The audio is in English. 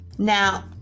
Now